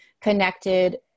connected